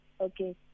okay